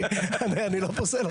אני לא פוסל אותה.